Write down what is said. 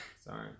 Sorry